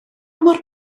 mor